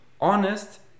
honest